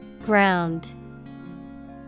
Ground